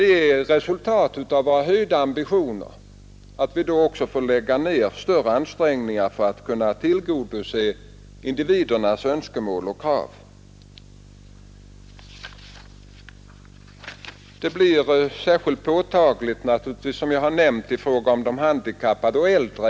Ett resultat av våra höga ambitioner är också att vi får göra större ansträngningar för att tillgodose individernas önskemål och krav. Detta blir särskilt påtagligt när det gäller de handikappade och äldre.